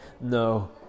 No